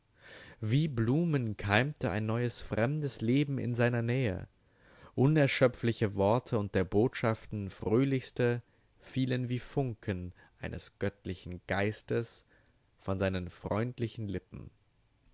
wie blumen keimte ein neues fremdes leben in seiner nähe unerschöpfliche worte und der botschaften fröhlichste fielen wie funken eines göttlichen geistes von seinen freundlichen lippen